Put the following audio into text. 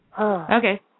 okay